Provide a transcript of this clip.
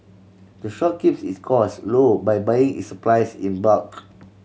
the shop keeps its cost low by buying its supplies in bulk